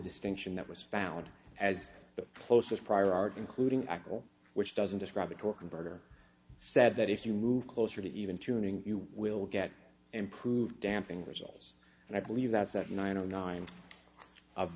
distinction that was founded as the closest prior art including akhil which doesn't describe it or converter said that if you move closer to even tuning you will get improved damping results and i believe that's at nine o nine of